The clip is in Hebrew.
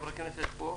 הכנסת מרגי,